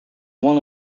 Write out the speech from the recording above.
one